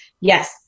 Yes